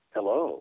Hello